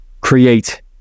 create